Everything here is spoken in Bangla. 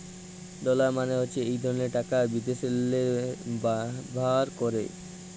ডলার মালে হছে ইক ধরলের টাকা বিদ্যাশেল্লে ব্যাভার ক্যরে